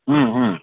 ହୁଁ ହୁଁ